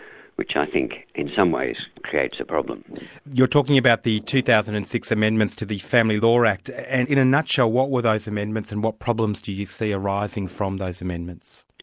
which i think, in some ways, creates a problem. you're talking about the two thousand and six amendments to the family law act, and in a nutshell, what were those amendments, and what problems do you see arising from those amendments?